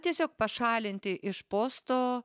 tiesiog pašalinti iš posto